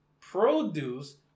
produce